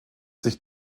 sich